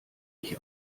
ich